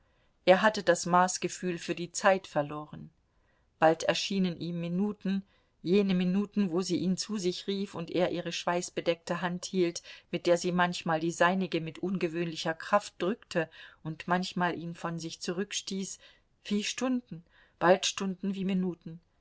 er hatte das maßgefühl für die zeit verloren bald erschienen ihm minuten jene minuten wo sie ihn zu sich rief und er ihre schweißbedeckte hand hielt mit der sie manch mal die seinige mit ungewöhnlicher kraft drückte und manchmal ihn von sich zurückstieß wie stunden bald stunden wie minuten